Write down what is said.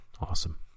awesome